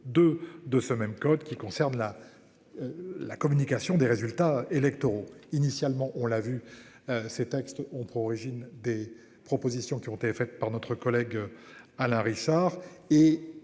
de de ce même code qui concerne la. La communication des résultats électoraux, initialement, on l'a vu. Ses textes on prend origine des propositions qui ont été faites par notre collègue Alain Richard